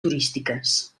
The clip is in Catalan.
turístiques